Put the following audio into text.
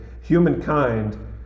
humankind